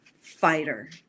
fighter